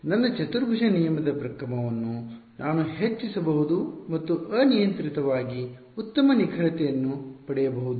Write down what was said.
ನನ್ನ ಚತುರ್ಭುಜ ನಿಯಮದ ಕ್ರಮವನ್ನು ನಾನು ಹೆಚ್ಚಿಸಬಹುದು ಮತ್ತು ಅನಿಯಂತ್ರಿತವಾಗಿ ಉತ್ತಮ ನಿಖರತೆಯನ್ನು ಪಡೆಯಬಹುದು